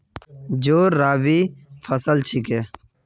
जौ रबी फसल छिके